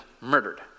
murdered